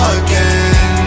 again